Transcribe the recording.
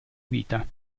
vita